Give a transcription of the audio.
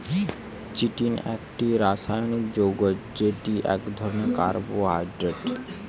chitin একটি রাসায়নিক যৌগ্য যেটি এক ধরণের কার্বোহাইড্রেট